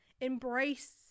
Embrace